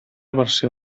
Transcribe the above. versió